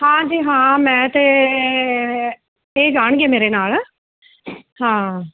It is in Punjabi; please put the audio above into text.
ਹਾਂਜੀ ਹਾਂ ਮੈਂ ਅਤੇ ਇਹ ਇਹ ਜਾਣਗੇ ਮੇਰੇ ਨਾਲ਼ ਹਾਂ